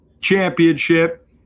Championship